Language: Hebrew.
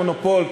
מונופול,